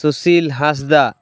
Sushil Hansda